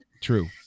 True